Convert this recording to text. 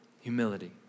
humility